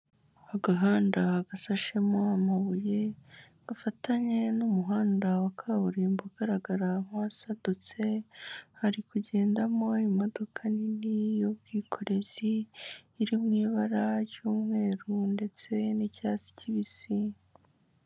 Agahanda gasashemo amabuye gafatanye n'umuhanda wa kaburimbo ugaragara nk'uwasadutse hari kugendamo imodoka nini y'ubwikorezi iri mu ibara ry'umweru ndetse n'icyatsi kibisi.